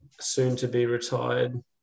soon-to-be-retired